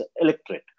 electorate